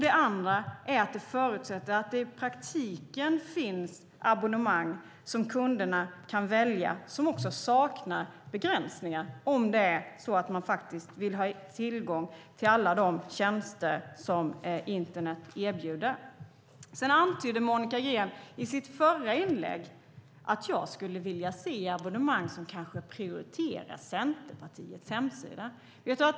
Det andra är att det i praktiken finns abonnemang utan begränsningar som kunderna kan välja om de vill ha tillgång till alla de tjänster som internet erbjuder. Monica Green antydde i sitt förra inlägg att jag kanske skulle vilja se abonnemang som prioriterar Centerpartiets hemsida.